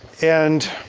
and,